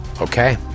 Okay